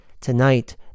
Tonight